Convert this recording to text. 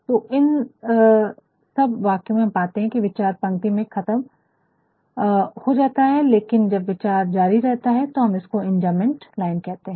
तो इन सब वाक्यों में हम पाते है कि विचार पंक्ति में ही ख़तम हो जाता है लेकिन जब विचार जारी रहता है तब हम उसको इंजंबमंट लाइन कहते है